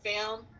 film